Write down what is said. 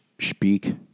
speak